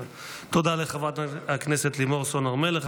תודה לחברת הכנסת לימור סון הר מלך.